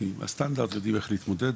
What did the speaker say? עם הסטנדרט יודעים איך להתמודד,